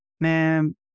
man